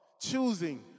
Choosing